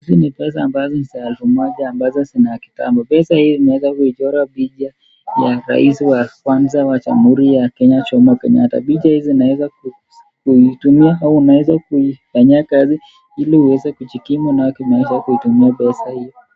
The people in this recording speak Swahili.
Hii ni pesa ambazo ni za elfu moja ambazo ni za kitambo. Pesa hii imeweza kuichora picha wa Rais wa wakwanza wa Jamhuri wa Kenya Jomoo Kenyatta. Picha hizi zinaweza kuitumia au unaweza kuifanyia kazi ili uweze kujikimu nayo kimaisha kutumia pesa hii.